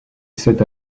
sept